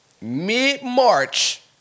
mid-March